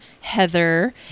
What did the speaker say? Heather